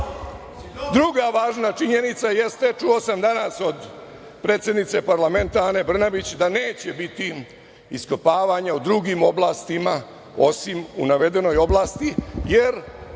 važno. Druga važna činjenica jeste, čuo sam danas od predsednice parlamenta Ane Brnabić da neće biti iskopavanja u drugim oblastima, osim u navedenoj oblasti, jer